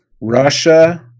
Russia